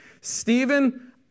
Stephen